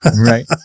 right